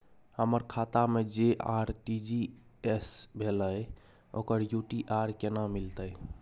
हमर खाता से जे आर.टी.जी एस भेलै ओकर यू.टी.आर केना मिलतै?